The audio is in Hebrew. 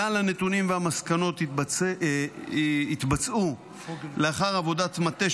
כלל הנתונים והמסקנות יתבצעו לאחר עבודת מטה